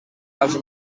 als